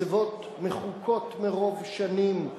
מצבות מחוקות מרוב שנים,